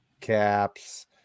caps